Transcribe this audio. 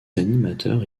animateurs